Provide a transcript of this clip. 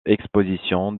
expositions